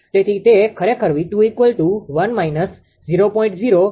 તેથી તે ખરેખર 𝑉2 1 − 0